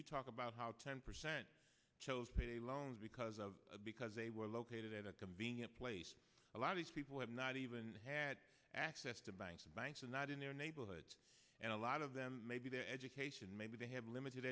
you talk about how ten percent chose payday loans because of because they were located in a convenient place a lot of these people have not even had access to banks and banks are not in their neighborhood and a lot of them education maybe they have limited